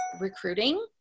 recruiting